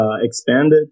expanded